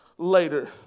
Later